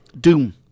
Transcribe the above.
Doom